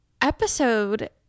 episode